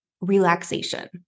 relaxation